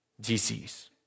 disease